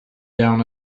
down